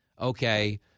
okay